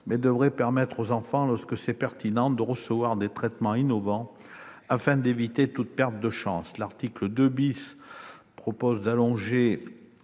mais devrait permettre aux enfants, lorsque c'est pertinent, de recevoir des traitements innovants afin d'éviter toute perte de chance. L'article 2 tend à allonger